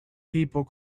people